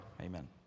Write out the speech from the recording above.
amen